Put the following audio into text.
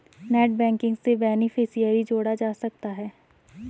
net banking से beneficiary जोड़ा जा सकता है